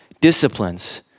disciplines